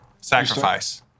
Sacrifice